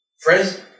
Friends